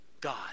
God